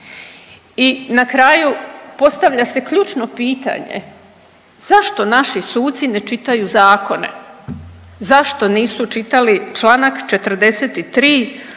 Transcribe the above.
I na kraju postavlja se ključno pitanje zašto naši suci ne čitaju zakone? Zašto nisu čitali članak 43.